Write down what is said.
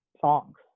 songs